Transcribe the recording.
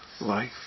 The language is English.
life